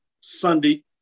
Sunday